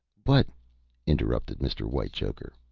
but interrupted mr. whitechoker.